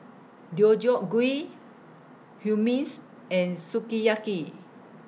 Deodeok Gui Hummus and Sukiyaki